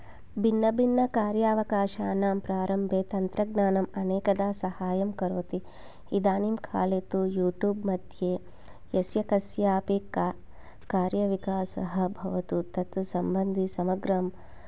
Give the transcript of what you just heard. भिन्नभिन्नकार्यावकाशानां प्रारम्भे तन्त्रज्ञानम् अनेकधा साहाय्यं करोति इदानींकाले तु युट्युब् मध्ये यस्य कस्यापि कार् कार्यविकासः भवतु तत्सम्बन्धि समग्रं